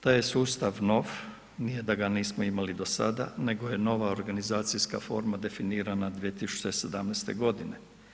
Taj je sustav nov, nije da ga nismo imali do sada nego je nova organizacijska forma definirana 2017. godine.